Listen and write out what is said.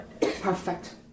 Perfect